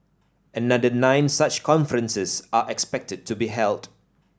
another nine such conferences are expected to be held